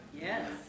Yes